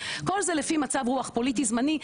כל זה לפי מצב רוח פוליטי זמני,